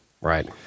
Right